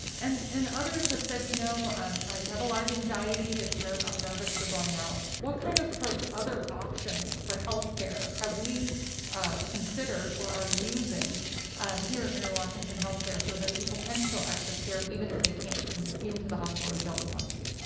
and and others have said you know and i have a lot of anxiety, i'm nervous um nervous for going out. what kind of other options for healthcare have we considered or are using um here at mary washington healthcare so that people can still access care even if they can't come into the hospital or don't want to?